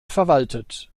verwaltet